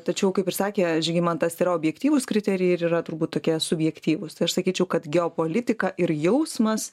tačiau kaip ir sakė žygimantas yra objektyvūs kriterijai ir yra turbūt tokie subjektyvūs tai aš sakyčiau kad geopolitika ir jausmas